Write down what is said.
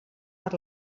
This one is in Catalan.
per